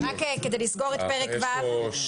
תודה.